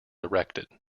erected